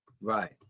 Right